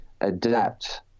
adapt